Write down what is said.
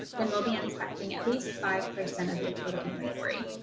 then we'll be inspecting at least five percent of your total inventory.